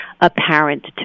apparent